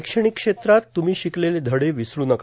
शैक्षणिक सत्रात तुम्ही शिकलेले धडे विसारू नका